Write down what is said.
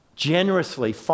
generously